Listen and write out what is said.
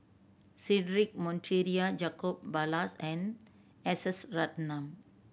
Cedric Monteiro Jacob Ballas and S S Ratnam